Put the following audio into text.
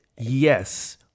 Yes